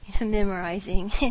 memorizing